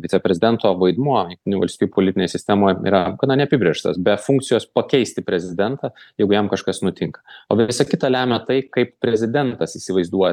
viceprezidento vaidmuo jungtinių valstijų politinėj sistemoj yra gana neapibrėžtas be funkcijos pakeisti prezidentą jeigu jam kažkas nutinka o visa kita lemia tai kaip prezidentas įsivaizduoja